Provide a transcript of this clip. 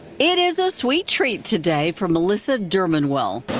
it is a sweet treat today for melissa derman well.